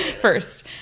first